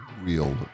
real